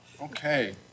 Okay